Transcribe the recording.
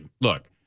look